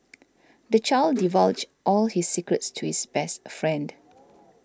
the child divulged all his secrets to his best friend